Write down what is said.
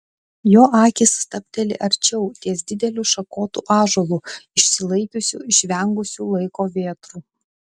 jo akys stabteli arčiau ties dideliu šakotu ąžuolu išsilaikiusiu išvengusiu laiko vėtrų